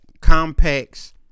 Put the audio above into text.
compacts